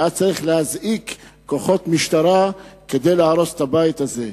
ואז צריך להזעיק כוחות משטרה כדי להרוס את הבית הזה.